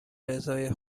رضای